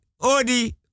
Odi